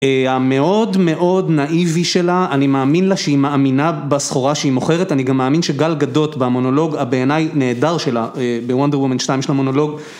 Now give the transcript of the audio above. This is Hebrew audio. המאוד מאוד נאיבי שלה, אני מאמין לה שהיא מאמינה בסחורה שהיא מוכרת, אני גם מאמין שגל גדות במונולוג הבעיני נהדר שלה בוונדר וומן 2, יש לה מונולוג